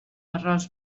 arròs